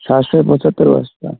সাতশো পঁচাত্তর বস্তা